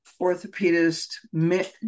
orthopedist